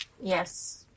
yes